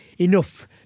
enough